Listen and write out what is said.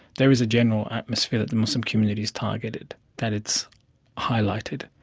there is a general atmosphere that the muslim community is targeted, that it's highlighted,